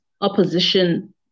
opposition